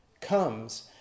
comes